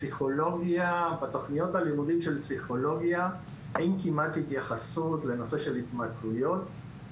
בתוכניות הלימודים של פסיכולוגיה אין כמעט התייחסות לנושא של התמכרויות,